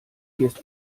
gehst